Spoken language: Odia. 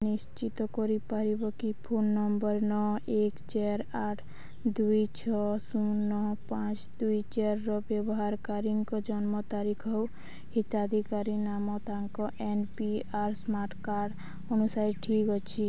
ନିଶ୍ଚିତ କରିପାରିବ କି ଫୋନ୍ ନମ୍ବର୍ ନଅ ଏକ ଚାରି ଆଠ ଦୁଇ ଛଅ ଶୂନ ନଅ ପାଞ୍ଚ ଦୁଇ ଚାରିର ବ୍ୟବହାରକାରୀଙ୍କ ଜନ୍ମ ତାରିଖ ହିତାଧିକାରୀ ନାମ ତାଙ୍କ N P R smart card ଅନୁସାରେ ଠିକ୍ ଅଛି